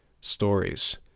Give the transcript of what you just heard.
Stories